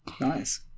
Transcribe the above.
Nice